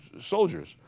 soldiers